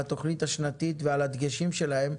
על התוכנית השנתית ועל הדגשים שלהם.